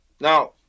Now